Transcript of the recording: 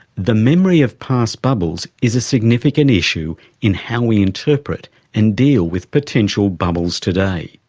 the memory of past bubbles is a significant issue in how we interpret and deal with potential bubbles today.